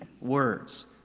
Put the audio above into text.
words